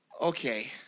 Okay